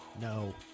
No